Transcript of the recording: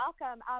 welcome